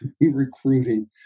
recruiting